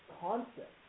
concept